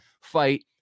fight